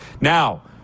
Now